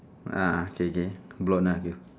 ah K K blond lah you